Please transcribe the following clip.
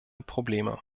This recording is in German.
probleme